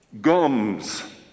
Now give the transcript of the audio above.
gums